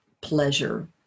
pleasure